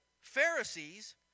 Pharisees